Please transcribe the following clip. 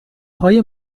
های